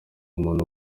umuntu